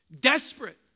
desperate